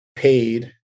paid